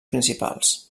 principals